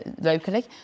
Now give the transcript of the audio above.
locally